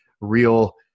real